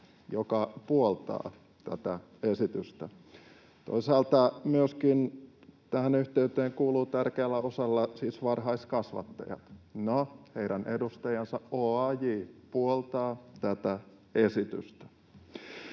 joka puoltaa tätä esitystä. Toisaalta myöskin tähän yhteyteen kuuluu tärkeällä osalla siis varhaiskasvattaja. No, heidän edustajansa OAJ puoltaa tätä esitystä.